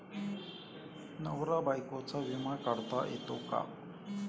नवरा बायकोचा विमा काढता येतो का?